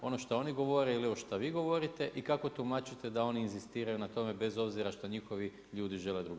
Ono što oni govori ili ovo što vi govorite i kako tumačite da oni inzistiraju na tome bez obzira šta njihovi ljudi žele drugačije?